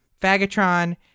Fagatron